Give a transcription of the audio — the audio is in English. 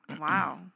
Wow